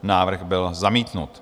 Návrh byl zamítnut.